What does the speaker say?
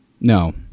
No